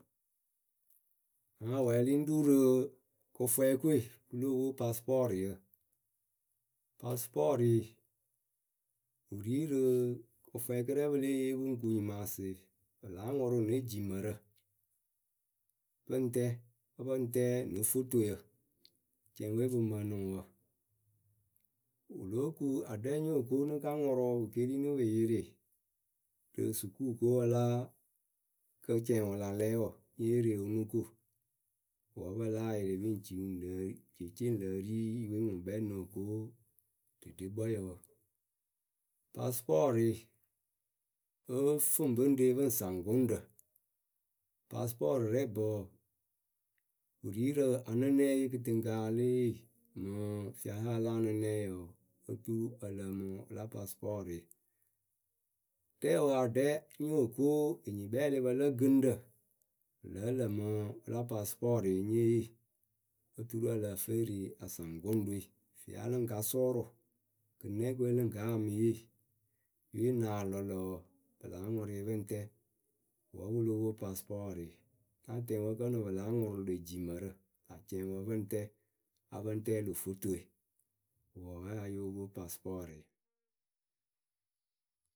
ŋwɨe wɛ̀ɛlɩ rù rɨ kɨfwɛɛkɨ we pɨ lóo pwo pasɨpɔrɨyǝ. Pasɨpɔrɨɨ wɨ ri rɨ kɨfwɛɛkɨ rɛ pɨ lée yee pɨ ŋ kuŋ nyɩmaasɩɩ pɨ láa ŋʊrʊ ne jimǝrǝ Pɨ ŋ tɛ, pɩ ŋ tɛɛ no fotoyǝ, cɛŋwe pɨ mǝnɨ ŋwɨ wǝ Wɨ lóo ku aɖɛ nyóo ko nɨ ka ŋʊrʊ pɨ keri nɨ pɨ yɩrɩ rɨ sukuu kowǝ laa kǝ́ cɛŋwǝ wɨ la lɛ wǝ nyée re wɨ nɨ ko wǝ́ pɨ láa yɩrɩ pɨ ŋ ci wɨ ŋ lǝ̈ ri jeece ŋlǝ̈ ri yɨwe ŋwɨ ŋkpɛ ŋ noh ko dedekpɔyǝ wǝ Pasɨpɔrɨɩ pɨɨ fɨ ŋwɨ pɨ ŋ re pɨ ŋ saŋ gʊŋɖǝ, pasɨpɔrɨ rɛbǝ wɔɔ, wɨ ri rɨ anɨnɛye kɨtɨŋkǝ aa lée yeemɨŋ fiaha la anɨnɛyǝ wǝǝ oturu ǝ lǝǝmɨ wɨla pasɨpɔrɩɩ Rɛɛwǝ aɖɛ nyóo ko enyikpɛɛlɩpǝ lǝ gɨŋrǝ wɨ lǝ́ǝ lǝmɨ wɨla pasɨpɔɔrɩɩ nyée yee oturu ǝ lǝh fɨ e re a saŋ gʊŋɖɨ we fɛɛwe a lɨ ŋ ka sʊʊrʊ, kɨnɨnɛkǝ we lɨ ŋ ka yaa mɨ yee Yɨwe ŋ nah lɔ lǝ̈ wɔ, pɨ láa ŋʊrʊɩ pɨ ŋ tɛɛ Wǝ́ pɨ lóo pwo pasɨpɔɔrɨɩ na tɛŋ wɨ ǝkǝnɨŋ pɨ láa ŋʊrʊ le jimǝrǝ, lä cɛŋwǝ pɨ ŋ tɛ A pɨ ŋ tɛ lö fotoe, ŋ wɨ wǝ́ ya yóo pwo pasɨpɔɔrɨɩ.